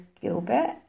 Gilbert